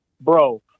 Bro